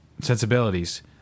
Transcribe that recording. sensibilities